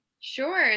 Sure